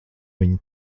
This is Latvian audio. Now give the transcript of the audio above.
viņi